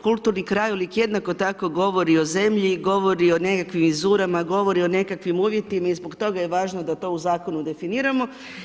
Kulturni krajolik jednako tako govori o zemlji, govori o nekakvim vizurama, govori o nekakvim uvjetima i zbog toga je važno da to u Zakonu definiramo.